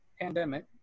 pandemic